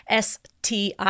STI